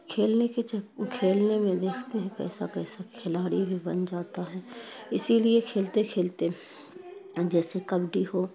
کھیلنے کے کھیلنے میں دیکھتے ہیں کیسا کیسا کھلاڑی بھی بن جاتا ہے اسی لیے کھیلتے کھیلتے جیسے کبڈی ہو